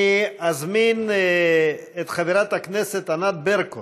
אני אזמין את חברת הכנסת ענת ברקו